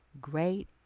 great